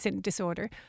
disorder